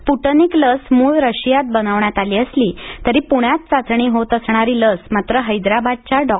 Sputnik लस मूळ रशियात बनवण्यात आली असली तरी पुण्यात चाचणी होत असणारी लस मात्र हैदराबादच्या डॉ